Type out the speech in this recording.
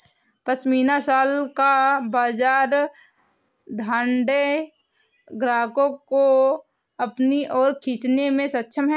pashmina shawl का बाजार धनाढ्य ग्राहकों को अपनी ओर खींचने में सक्षम है